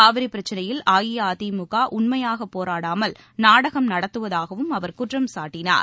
காவிரி பிரச்னையில் அஇஅதிமுக உண்மையாகப் போராடாமல் நாடகம் நடத்துவதாகவும் அவர் குற்றம் சாட்டினார்